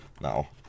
now